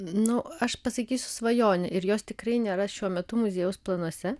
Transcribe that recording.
nu aš pasakysiu svajonę ir jos tikrai nėra šiuo metu muziejaus planuose